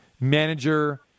manager